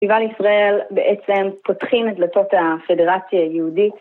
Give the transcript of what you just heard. פסטיבל ישראל בעצם פותחים את דלתות הפדרציה היהודית